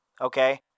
Okay